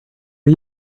are